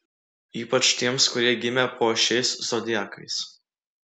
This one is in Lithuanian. ypač tiems kurie gimė po šiais zodiakais